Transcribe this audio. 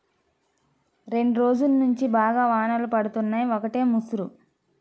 రెండ్రోజుల్నుంచి బాగా వానలు పడుతున్నయ్, ఒకటే ముసురు